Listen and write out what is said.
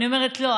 אני אומרת: לא.